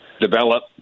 develop